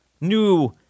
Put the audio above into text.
new